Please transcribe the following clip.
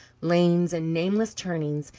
lanes, and nameless turnings,